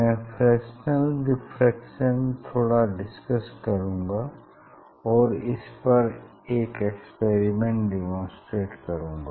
मैं Fresnel diffraction थोड़ा discuss करूँगा और इसपर एक एक्सपेरिमेंट डेमोंस्ट्रेट करूँगा